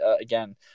again